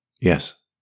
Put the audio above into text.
Yes